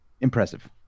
impressive